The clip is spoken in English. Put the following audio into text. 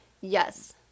Yes